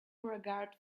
regard